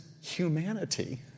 humanity